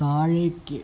താഴേക്ക്